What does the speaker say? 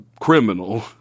criminal